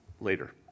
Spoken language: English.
later